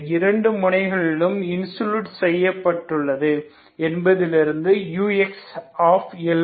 இரண்டு முனைகளும் இன்சுலேட் செய்யப்பட்டுள்ளது என்பதிலிருந்து uxLt0